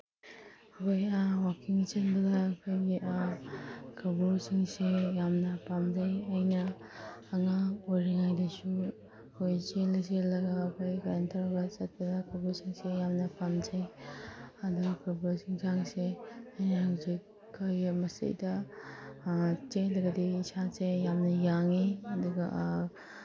ꯍꯣꯏ ꯋꯥꯛꯀꯤꯡ ꯆꯦꯟꯕꯗ ꯑꯩꯈꯣꯏꯒꯤ ꯀꯧꯕ꯭ꯔꯨ ꯆꯤꯡꯁꯦ ꯌꯥꯝꯅ ꯄꯥꯝꯖꯩ ꯑꯩꯅ ꯑꯉꯥꯡ ꯑꯣꯏꯔꯤꯉꯩꯗꯁꯨ ꯑꯩꯈꯣꯏ ꯆꯦꯜꯂ ꯆꯦꯜꯂꯒ ꯑꯩꯈꯣꯏ ꯀꯩꯅꯣ ꯇꯧꯔꯒ ꯆꯠꯄꯗ ꯀꯧꯕ꯭ꯔꯨ ꯆꯤꯡꯁꯦ ꯌꯥꯝꯅ ꯄꯥꯝꯖꯩ ꯑꯗꯨ ꯀꯧꯕ꯭ꯔꯨ ꯆꯤꯡꯁꯥꯡꯁꯦ ꯑꯩꯅ ꯍꯧꯖꯤꯛ ꯑꯩꯈꯣꯏꯒꯤ ꯃꯁꯤꯗ ꯆꯦꯜꯂꯒꯗꯤ ꯏꯁꯥꯁꯦ ꯌꯥꯝꯅ ꯌꯥꯡꯉꯤ ꯑꯗꯨꯒ